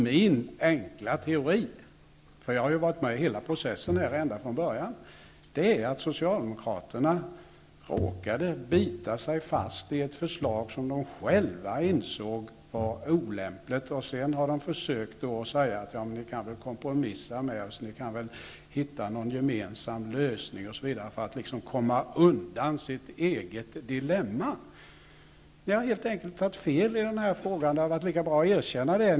Min enkla teori -- jag har ju varit med under hela processen ända från början -- är att Socialdemokraterna råkade bita sig fast i ett förslag som de själva insåg var olämpligt, och sedan har de försökt få oss andra att kompromissa, att hitta en gemensam lösning, detta för att komma undan sitt eget dilemma. Ni har helt enkelt tagit fel i den här frågan, och det hade varit lika bra att erkänna det.